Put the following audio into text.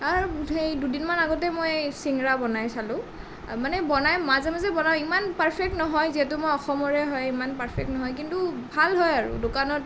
তাৰ আৰু হেৰি দুদিনমান আগতে মই ছিঙৰা বনাই চালোঁ মানে বনাই মাজে মাজে বনাও ইমান পাৰ্ফেক্ট নহয় যিহেতু মই অসমৰে হয় ইমান পাৰ্ফেক্ট নহয় কিন্তু ভাল হয় আৰু দোকানত